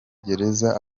gereza